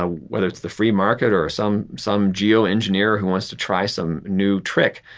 ah whether it's the free market or some some geoengineer who wants to try some new trick,